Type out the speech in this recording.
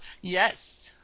Yes